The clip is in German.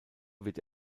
wird